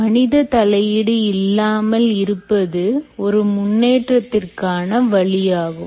மனித தலையீடு இல்லாமல் இருப்பது ஒரு முன்னேற்றத்திற்கான வழி ஆகும்